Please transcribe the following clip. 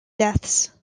deaths